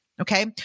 okay